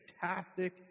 fantastic